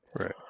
Right